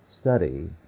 study